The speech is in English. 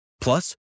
plus